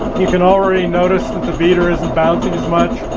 you can already notice that the beater isn't bouncing as much.